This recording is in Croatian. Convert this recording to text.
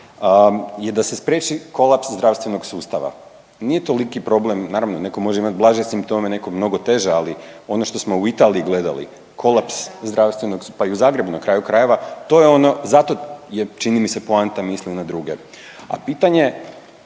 je da se spriječi kolaps zdravstvenog sustava. Nije toliki problem, naravno netko može imat blaže simptome, netko mnogo teže, ali ono što smo u Italiji gledali kolaps zdravstvenog, pa i u Zagrebu na kraju krajeva, to je ono, zato je čini mi se poanta misli na druge. A pitanje koje